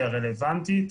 הרלבנטית.